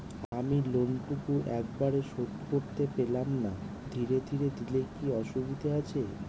আমি লোনটুকু একবারে শোধ করতে পেলাম না ধীরে ধীরে দিলে কি অসুবিধে আছে?